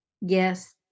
Yes